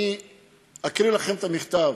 אני אקריא לכם את המכתב.